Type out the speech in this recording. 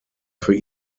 für